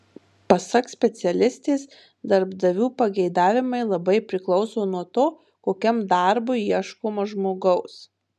pasak specialistės darbdavių pageidavimai labai priklauso nuo to kokiam darbui ieškoma žmogaus